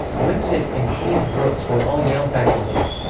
wimsatt, and cleanth brooks were all yale faculty.